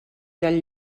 del